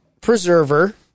preserver